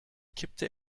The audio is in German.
kippte